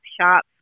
shops